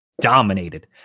dominated